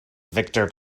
victor